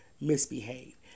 misbehave